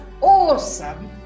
awesome